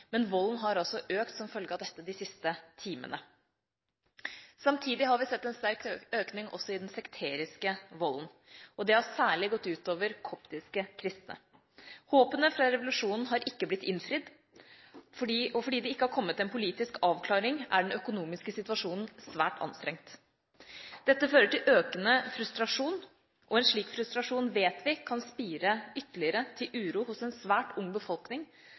men volden har altså økt som følge av dette de siste timene. Samtidig har vi sett en sterk økning også i den sekteriske volden. Det har særlig gått ut over koptiske kristne. Håpene fra revolusjonen har ikke blitt innfridd, og fordi det ikke har kommet en politisk avklaring, er den økonomiske situasjonen svært anstrengt. Dette fører til økende frustrasjon, og en slik frustrasjon vet vi kan spire til ytterligere uro hos en svært ung befolkning,